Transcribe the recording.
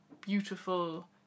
beautiful